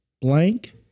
blank